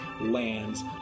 lands